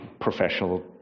professional